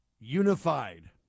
unified